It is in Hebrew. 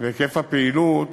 והיקפי הפעילות